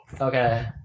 Okay